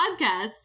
podcast